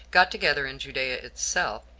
got together in judea itself,